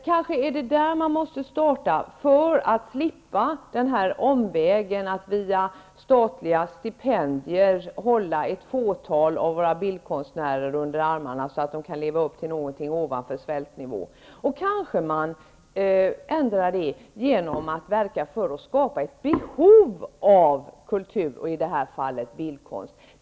Kanske är det där man måste starta för att slippa omvägen att via statliga stipendier hålla ett fåtal bildkonstnärer under armarna, så att de kan leva ovanför svältnivån. Kanske kan man ändra på dagens situation genom att verka för att skapa ett behov av kultur, i det här fallet bildkonst.